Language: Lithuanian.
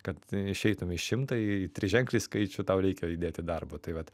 kad išeitum į šimtą į triženklį skaičių tau reikia įdėti darbo tai vat